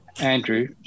Andrew